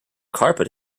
carpet